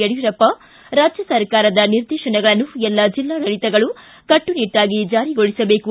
ಯಡಿಯೂರಪ್ಪ ರಾಜ್ಯ ಸರ್ಕಾರದ ನಿರ್ದೇಶನಗಳನ್ನು ಎಲ್ಲ ಜಿಲ್ಲಾಡಳಿತಗಳು ಕಟ್ಟನಿಟ್ಟಾಗಿ ಜಾರಿಗೊಳಿಸಬೇಕು